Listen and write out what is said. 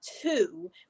two